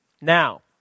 Now